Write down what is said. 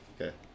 Okay